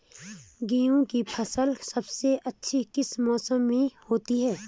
गेहूँ की फसल सबसे अच्छी किस मौसम में होती है